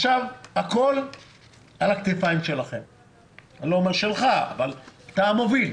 עכשיו הכול על הכתפיים שלכם כשאתה מוביל.